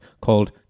called